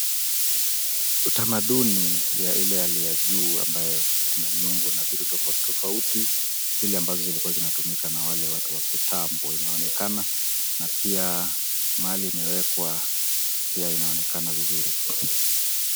Utamaduni ya ile hali ya juu ambayo kuna nyungu na vitu tofauti tofauti zile ambazo zilikuwa zinatumika na wale watu wa kitambo inaonekana na pia mahali imewekwa pia inaonekana vizuri.